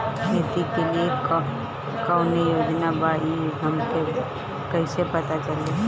खेती के लिए कौने योजना बा ई हमके कईसे पता चली?